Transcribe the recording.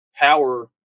power